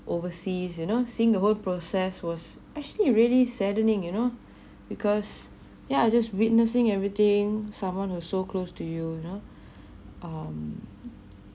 overseas you know seeing the whole process was actually really saddening you know because yeah just witnessing everything someone who so close to you know um